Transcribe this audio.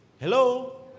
Hello